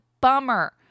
bummer